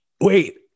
wait